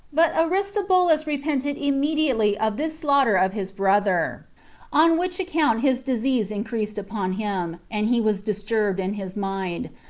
but aristobulus repented immediately of this slaughter of his brother on which account his disease increased upon him, and he was disturbed in his mind,